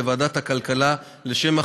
מוועדת הפנים והגנת